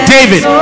David